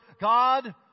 God